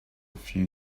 few